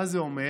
מה זה אומר?